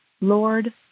Lord